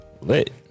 Lit